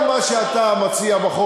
על סמך כל מה שאתה מציע בחוק,